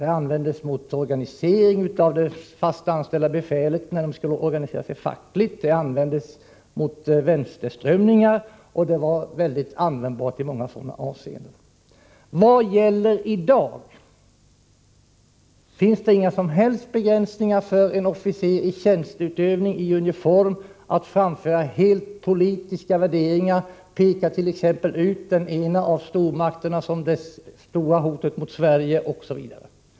Det användes mot det fast anställda befälet när man ville organisera sig fackligt, det användes mot vänsterströmningar; det var användbart i många olika avseenden. Vad gäller i dag? Finns det inga som helst begränsningar för en officer i tjänsteutövning, i uniform, när det gäller att framföra helt politiska värderingar, t.ex. peka ut den ena av stormakterna som det stora hotet mot Sverige?